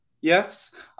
yes